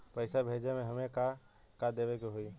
पैसा भेजे में हमे का का देवे के होई?